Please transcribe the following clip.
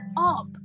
up